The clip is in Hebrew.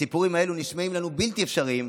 הסיפורים האלה נשמעים לנו בלתי אפשריים,